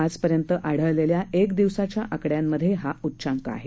आजपर्यंत आढळलेल्या एक दिवसाच्या आकड्यांमधे हा उच्चांक आहे